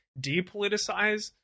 depoliticize